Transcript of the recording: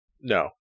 No